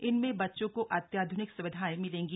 इनमें बच्चों को अत्याधुनिक सुविधाएं मिलेंगी